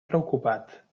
preocupat